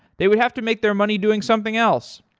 they would have to make their money doing something else.